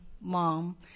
mom